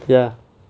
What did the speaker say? ya